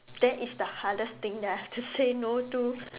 that is the hardest thing that I have to say no to